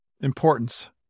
importance